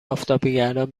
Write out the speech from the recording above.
آفتابگردان